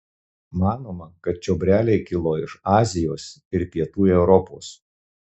manoma kad čiobreliai kilo iš azijos ir pietų europos